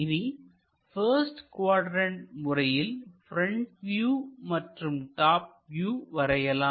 இனி first quadrant முறையில் front view மற்றும் டாப் வியூ வரையலாம்